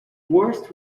worst